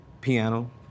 Piano